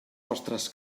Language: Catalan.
vostres